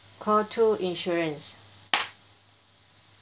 call two insurance